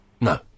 No